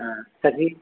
हा तर्हि